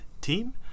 team